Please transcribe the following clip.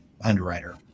underwriter